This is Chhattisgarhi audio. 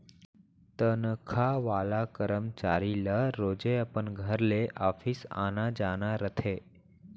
तनखा वाला करमचारी ल रोजे अपन घर ले ऑफिस आना जाना रथे